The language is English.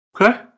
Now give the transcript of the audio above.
Okay